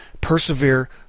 persevere